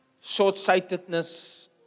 short-sightedness